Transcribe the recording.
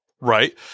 right